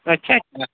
अच्छा अच्छा